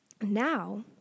now